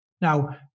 Now